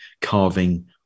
carving